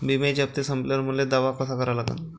बिम्याचे हप्ते संपल्यावर मले दावा कसा करा लागन?